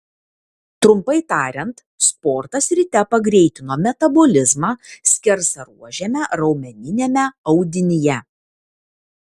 trumpai tariant sportas ryte pagreitino metabolizmą skersaruožiame raumeniniame audinyje